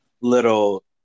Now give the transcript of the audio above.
little